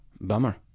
bummer